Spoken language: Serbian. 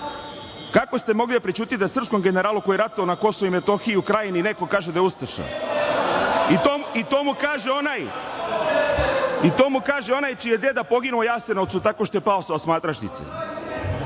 Kako ste mogli da prećutite da srpskom generalu koji je ratovao na Kosovu i Metohiji i u Krajini neko kaže da je ustaša? I to mu kaže onaj čiji je deda poginuo u Jasenovcu tako što je pao sa osmatračnice.